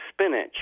spinach